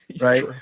right